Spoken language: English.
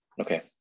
okay